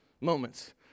moments